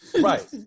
Right